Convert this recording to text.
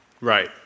Right